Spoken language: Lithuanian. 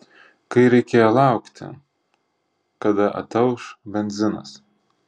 kai reikėjo laukti kada atauš benzinas